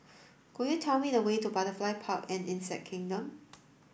could you tell me the way to Butterfly Park and Insect Kingdom